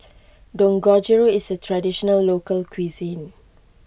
Dangojiru is a Traditional Local Cuisine